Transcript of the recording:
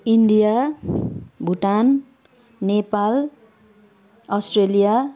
India Bhutan Nepal Australia